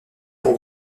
pour